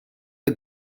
the